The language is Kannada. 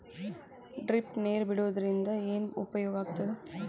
ಡ್ರಿಪ್ ನೇರ್ ಬಿಡುವುದರಿಂದ ಏನು ಉಪಯೋಗ ಆಗ್ತದ?